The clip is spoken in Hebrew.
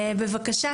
בבקשה,